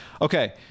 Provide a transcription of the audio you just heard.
okay